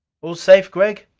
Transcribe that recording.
all safe, gregg?